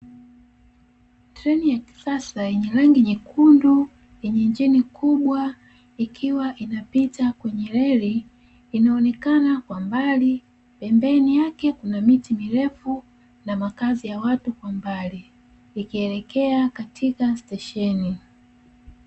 Treni ya kisasa yenye rangi nyekundu yenye injini kubwa ikiwa inapita kwenye reli inaonekana kwa mbali pembeni yake kuna miti mirefu na makazi ya watu kwa mbali ikielekea katika stesheni.